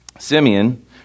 Simeon